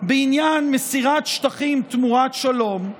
בעניין מסירת שטחים תמורת שלום,